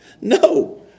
No